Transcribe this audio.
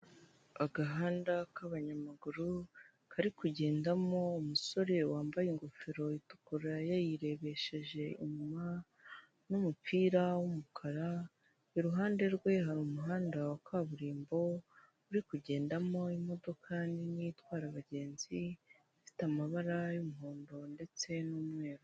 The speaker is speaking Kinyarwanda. Agahanda k'abanyamaguru kari kugendamo umusore wambaye ingofero itukura yayirebesheje inyuma, n'umupira w'umukara, iruhande rwe hari umuhanda wa kaburimbo, uri kugendamo imodoka nini itwara abagenzi, ifite amabara y'umuhondo ndetse n'umweru.